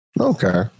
Okay